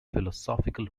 philosophical